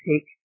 take